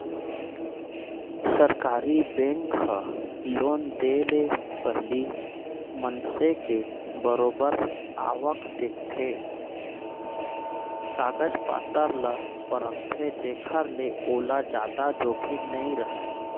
सरकारी बेंक ह लोन देय ले पहिली मनसे के बरोबर आवक देखथे, कागज पतर ल परखथे जेखर ले ओला जादा जोखिम नइ राहय